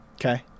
Okay